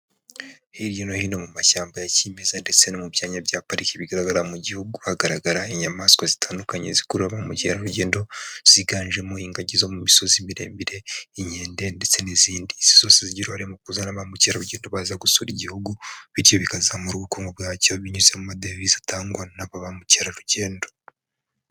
Hirya no hino mu mashyamba ya kimeza ndetse no mu byanya bya pariki bigaragara mu gihugu, hagaragara inyamaswa zitandukanye zikurura ba mukerarugendo, ziganjemo ingagi zo mu misozi miremire inkende ndetse n'izindi, zose zigira uruhare mu kuzana ba mukerarugendo baza gusura igihugu, bityo bikazamura ubukungu bwacyo binyuze mu madevisi atangwa na ba mukerarugendo.